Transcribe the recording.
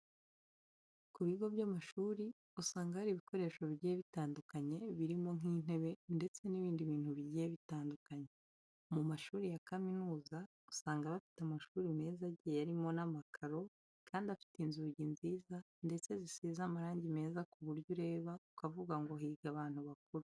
Ku bigo by'amashuri usanga hari ibikoresho bigiye bitandukanye birimo nk'intebe ndetse n'ibindi bintu bigiye bitandukanye. Mu mashuri ya kaminuza usanga bafite amashuri meza agiye arimo n'amakaro kandi afite inzugi nziza ndetse zisize amarangi meza ku buryo ureba ukavuga ngo higa abantu bakuru.